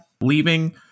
leaving